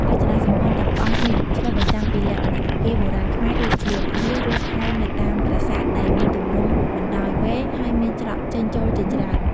រចនាសម្ព័ន្ធទាំងអស់នេះឆ្លុះបញ្ចាំងពីលក្ខណៈអគារបុរាណខ្មែរដូចជា វិហារ ឬថែវនៅតាមប្រាសាទ ដែលមានទម្រង់បណ្តោយវែង ហើយមានច្រកចេញចូលជាច្រើន។